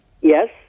Yes